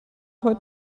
heute